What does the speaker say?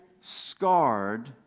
scarred